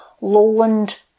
lowland